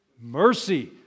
mercy